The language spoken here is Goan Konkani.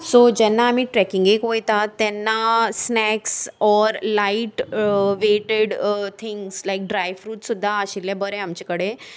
सो जेन्ना आमी ट्रेकिंगेक वता तेन्ना snacks or light weighted things like dry fruits सुद्दां आशिल्ले बरें आमचे कडेन